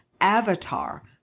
Avatar